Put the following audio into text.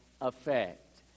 effect